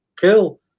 cool